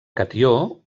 catió